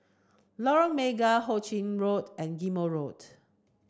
Lorong Mega Ho Ching Road and Ghim Moh Road